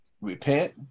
repent